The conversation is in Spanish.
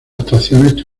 actuaciones